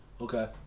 Okay